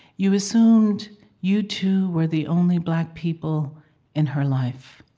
you assumed you two were the only black people in her life.